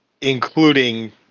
including